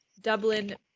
Dublin